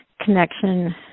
connection